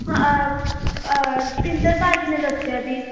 ਹਾਂ ਰੁਪਿੰਦਰ ਭਾਅ ਜੀ ਨੇ ਦੱਸਿਆ ਸੀ